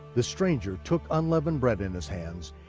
the stranger took unleavened bread in his hands,